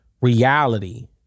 reality